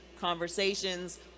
conversations